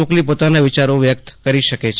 મોકલી પોતાના વિચારો વ્યક્ત કરી શકશે